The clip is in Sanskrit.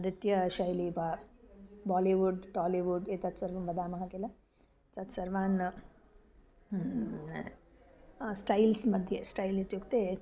नृत्यशैलीं वा बालिवुड् टालिवुड् एतत् सर्वं वदामः किल तत् सर्वान् स्टैल्स् मध्ये स्टैल् इत्युक्ते